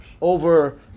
over